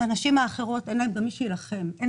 לנשים האחרות אין מי שיילחם עבורן,